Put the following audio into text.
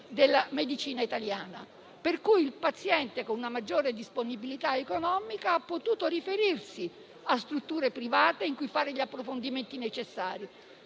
della medicina italiana. Pertanto, il paziente con una maggiore disponibilità economica ha potuto fare riferimento a strutture private, in cui fare gli approfondimenti necessari,